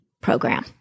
program